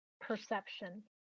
perception